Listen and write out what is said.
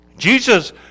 Jesus